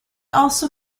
also